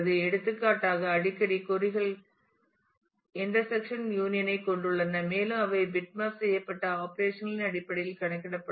எடுத்துக்காட்டாக அடிக்கடி கொறி கள் இன்டர்செக்க்ஷன் யூனியன் ஐ கொண்டுள்ளன மேலும் அவை பிட்மேப் செய்யப்பட்ட ஆப்பரேஷன்களின் அடிப்படையில் கணக்கிடப்படலாம்